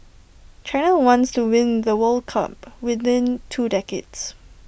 China wants to win the world cup within two decades